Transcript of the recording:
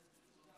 זה עצוב